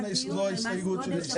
לכן זו ההסתייגות שלי.